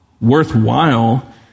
worthwhile